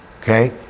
Okay